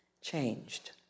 changed